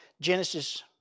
Genesis